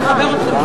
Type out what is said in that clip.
חברי הממשלה,